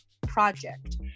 project